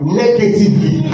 negatively